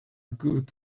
good